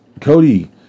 Cody